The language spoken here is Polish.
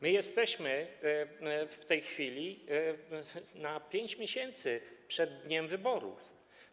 My jesteśmy w tej chwili 5 miesięcy przed dniem wyborów.